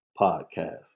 podcast